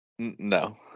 No